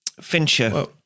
Fincher